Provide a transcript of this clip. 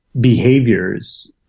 Behaviors